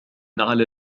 على